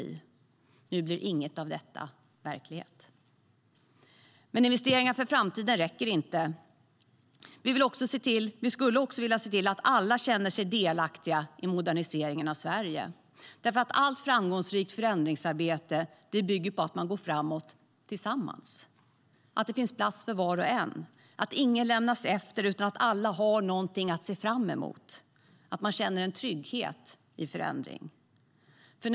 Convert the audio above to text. Nu blir inget av detta verklighet. Men investeringar för framtiden räcker inte. Vi skulle också vilja se till att alla känner sig delaktiga i moderniseringen av Sverige. Allt framgångsrikt förändringsarbete bygger nämligen på att man går framåt tillsammans, att det finns plats för var och en, att ingen lämnas efter, att alla har någonting att se fram emot och att man känner trygghet i förändringen.